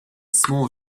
small